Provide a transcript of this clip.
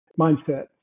mindset